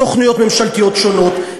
סוכנויות ממשלתיות שונות,